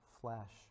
flesh